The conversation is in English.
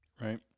right